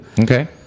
Okay